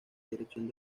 dirección